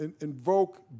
invoke